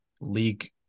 league